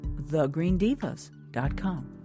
thegreendivas.com